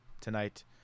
tonight